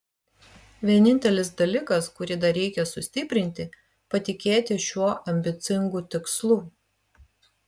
vienintelis dalykas kurį dar reikia sustiprinti patikėti šiuo ambicingu tikslu